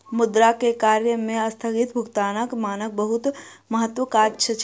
मुद्रा के कार्य में अस्थगित भुगतानक मानक बहुत महत्वक काज अछि